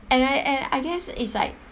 and I and I guess it's like